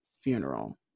funeral